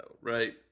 right